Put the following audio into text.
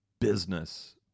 Business